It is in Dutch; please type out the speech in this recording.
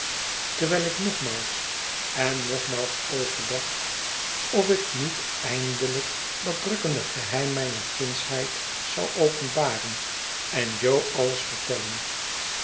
nogmaals overdacht of ik niet eindelijk dat drukkende geheim mijner kindsheid zou openbaren en jo alles vertellen